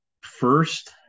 first